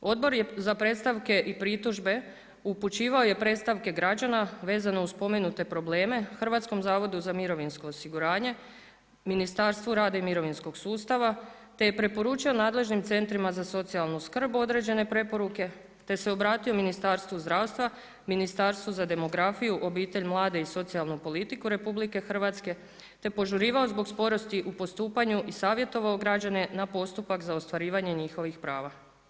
Odbor je za predstavke i pritužbe upućivao je predstavke građana vezano uz spomenute probleme Hrvatskom zavodu za mirovinsko osiguranje, Ministarstvu rada i mirovinskog sustava te je preporučio nadležnim centrima za socijalnu skrb određene preporuke te se obratio Ministarstvu zdravstva, Ministarstvu za demografiju, obitelj, mlade i socijalnu politiku RH te požurivao zbog sporosti u postupanju i savjetovao građane na postupak za ostvarivanje njihovih prava.